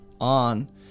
on